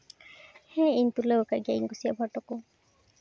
ᱦᱮᱸ ᱤᱩᱧ ᱛᱩᱞᱟᱹᱣ ᱠᱟᱜ ᱜᱤᱭᱟᱹᱧ ᱤᱧ ᱠᱩᱥᱤᱭᱟᱜ ᱯᱷᱳᱴᱳ ᱠᱚ